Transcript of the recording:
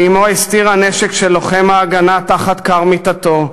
אמו הסתירה נשק של לוחם "ההגנה" תחת כר מיטתו,